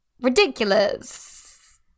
ridiculous